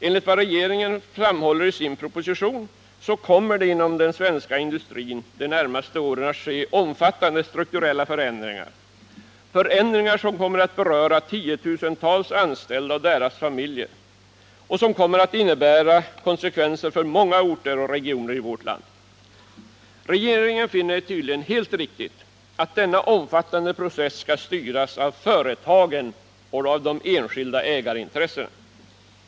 Enligt vad regeringen framhåller i sin proposition kommer inom den svenska industrin under de närmaste åren att ske omfattande strukturella förändringar, som kommer att beröra tiotusentals anställda och deras familjer och som kommer att innebära konsekvenser för många orter och regioner i vårt land. Regeringen finner det tydligen helt riktigt att denna omfattande process skall styras av företagen och av de enskilda ägarintressena.